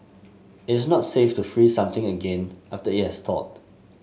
it is not safe to freeze something again after it has thawed